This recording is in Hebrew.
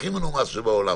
הכי מנומס שבעולם,